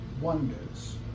wonders